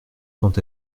quant